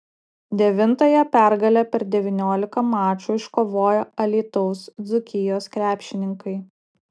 devintąją pergalę per devyniolika mačų iškovojo alytaus dzūkijos krepšininkai